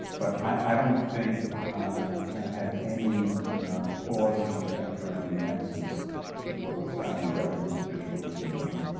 but i don't think that had any cause and effect or any nexus with what the saudi government officials had done.